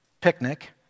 picnic